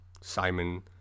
Simon